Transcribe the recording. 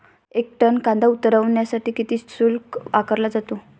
एक टन कांदा उतरवण्यासाठी किती शुल्क आकारला जातो?